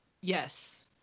yes